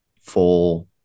full